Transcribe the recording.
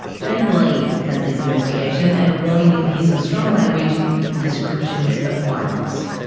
jane lee has this investigation. and a warning, you'll hear some strong language and descriptions of violence.